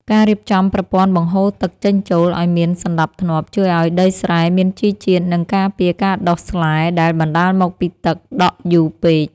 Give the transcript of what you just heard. ការរៀបចំប្រព័ន្ធបង្ហូរទឹកចេញចូលឱ្យមានសណ្តាប់ធ្នាប់ជួយឱ្យដីស្រែមានជីជាតិ និងការពារការដុះស្លែដែលបណ្តាលមកពីទឹកដក់យូរពេក។